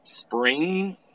spring